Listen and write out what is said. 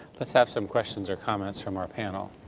let's have some questions or comments from our panel.